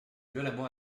violemment